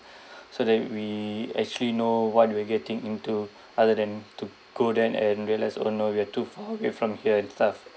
so then we actually know what we are getting into other than to go there and realise oh no we are too far we are from here and stuff